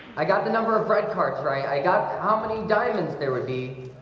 i got the number of bread cards right? i got how many diamonds there would be